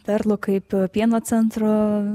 perlų kaip pienocentro